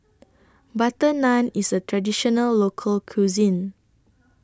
Butter Naan IS A Traditional Local Cuisine